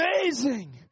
Amazing